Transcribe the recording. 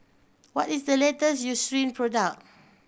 what is the latest Eucerin product